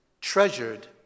treasured